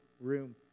room